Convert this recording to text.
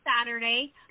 Saturday